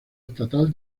estatal